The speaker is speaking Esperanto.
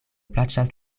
plaĉas